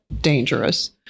dangerous